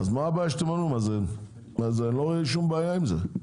לא רואה שום בעיה עם זה.